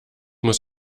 muss